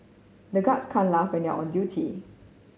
the guards can't laugh when they are on duty